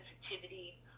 sensitivity